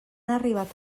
arribat